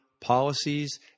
policies